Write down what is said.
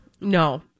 No